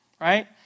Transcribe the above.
right